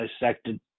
dissected